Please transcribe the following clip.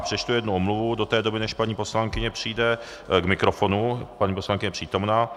Přečtu jednu omluvu do té doby, než paní poslankyně přijde k mikrofonu paní poslankyně je přítomna.